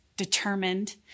Determined